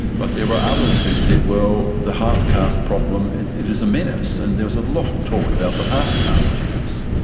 but there were others who said well, the half-caste problem, it it is a menace. and there was a lot of talk about the half-caste menace.